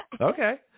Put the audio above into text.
Okay